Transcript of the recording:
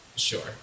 Sure